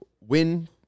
win